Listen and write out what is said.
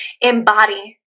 embody